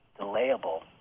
delayable